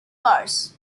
cars